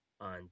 on